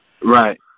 Right